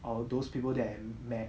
or those people that I met